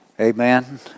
Amen